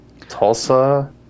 Tulsa